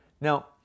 Now